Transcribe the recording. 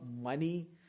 money